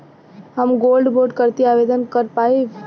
हम gold bond करती आवेदन कर पाईब?